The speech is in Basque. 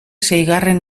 seigarren